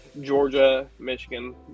Georgia-Michigan